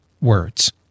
words